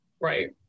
right